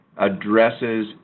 addresses